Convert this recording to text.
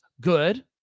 good